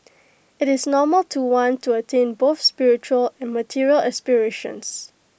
IT is normal to want to attain both spiritual and material aspirations